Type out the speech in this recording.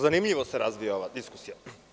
Zanimljivo se razvija ova diskusija.